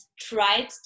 tried